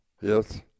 Yes